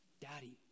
daddy